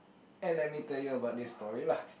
and let me tell you about this story lah